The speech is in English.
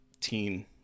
teen